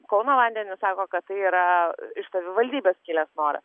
kauno vandenys sako kad tai yra iš savivaldybės kilęs noras